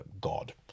God